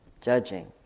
judging